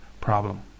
problem